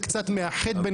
רק הגעתי.